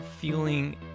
feeling